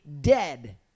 dead